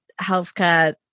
healthcare